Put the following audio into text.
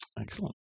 Excellent